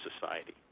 society